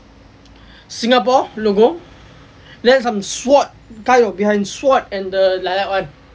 singapore logo the some sword at the behind sword and the like that what